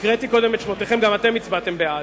קראתי קודם את שמותיכם, וגם אתם הצבעתם בעד.